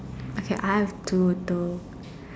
okay I have total